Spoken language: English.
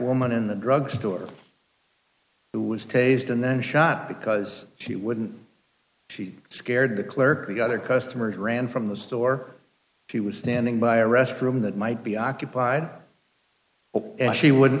woman in the drug store who was taste and then shot because she wouldn't she scared the clerk who got a customer who ran from the store she was standing by a restroom that might be occupied or she wouldn't